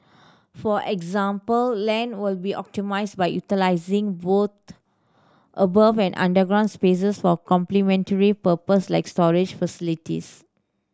for example land will be optimised by utilising both above and underground spaces for complementary purpose like storage facilities